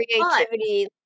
creativity